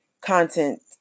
content